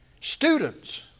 students